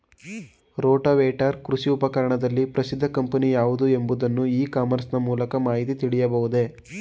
Rotavator ಕೃಷಿ ಉಪಕರಣದಲ್ಲಿ ಪ್ರಸಿದ್ದ ಕಂಪನಿ ಯಾವುದು ಎಂಬುದನ್ನು ಇ ಕಾಮರ್ಸ್ ನ ಮೂಲಕ ಮಾಹಿತಿ ತಿಳಿಯಬಹುದೇ?